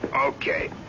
Okay